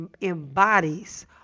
embodies